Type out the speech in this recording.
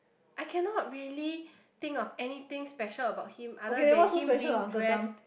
I cannot really think of anything special about him other than him being dressed